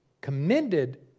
commended